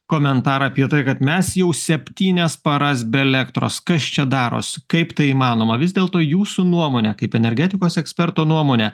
komentarą apie tai kad mes jau septynias paras be elektros kas čia darosi kaip tai įmanoma vis dėlto jūsų nuomone kaip energetikos eksperto nuomone